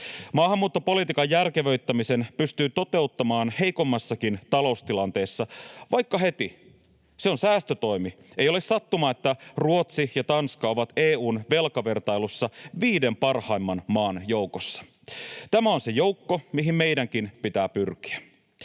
Maahanmuuttopolitiikan järkevöittämisen pystyy toteuttamaan heikommassakin taloustilanteessa vaikka heti. Se on säästötoimi. Ei ole sattumaa, että Ruotsi ja Tanska ovat EU:n velkavertailussa viiden parhaimman maan joukossa. Tämä on se joukko, mihin meidänkin pitää pyrkiä.